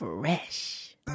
Fresh